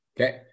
Okay